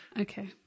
Okay